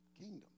kingdom